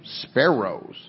Sparrows